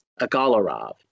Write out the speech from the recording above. Agalarov